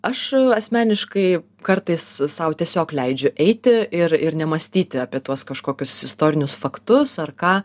aš asmeniškai kartais sau tiesiog leidžiu eiti ir ir nemąstyti apie tuos kažkokius istorinius faktus ar ką